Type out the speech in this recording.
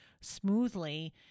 smoothly